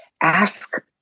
ask